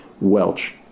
Welch